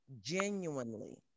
genuinely